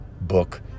book